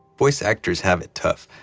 voice actors have it tough,